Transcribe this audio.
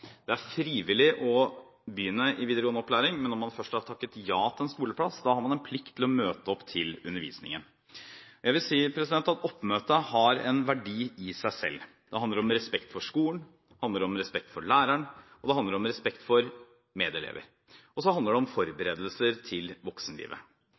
Det er frivillig å begynne i videregående opplæring, men når man først har takket ja til en skoleplass, har man en plikt til å møte opp til undervisningen. Jeg vil si at oppmøtet har en verdi i seg selv. Det handler om respekt for skolen, det handler om respekt for læreren, og det handler om respekt for medelever. Og så handler det om